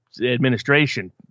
administration